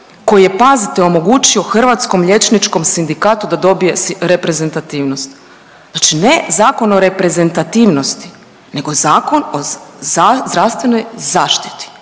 koji je pazite omogućio Hrvatskom liječničkom sindikatu da dobije reprezentativnost. Znači ne Zakon o reprezentativnosti nego Zakon o zdravstvenoj zaštiti